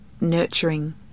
nurturing